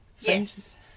Yes